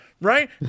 right